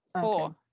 four